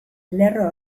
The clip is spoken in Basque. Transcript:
lerro